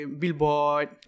billboard